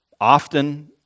often